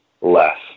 less